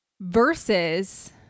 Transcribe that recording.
versus